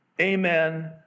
Amen